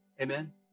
Amen